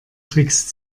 tricks